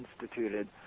instituted